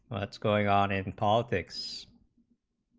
what's going on and and politics